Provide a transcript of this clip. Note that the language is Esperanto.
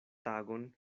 tagon